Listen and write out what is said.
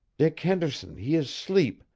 dick henderson he is sleep,